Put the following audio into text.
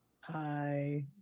Hi